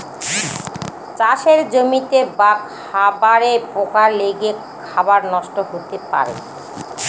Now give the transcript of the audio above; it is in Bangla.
চাষের জমিতে বা খাবারে পোকা লেগে খাবার নষ্ট হতে পারে